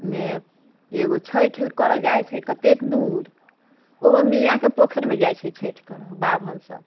ने एगो छठि करै जाइ छै कतेक दूर ओहो मियाँ के पोखरि मे जाइ छै छठि करए बाभन सब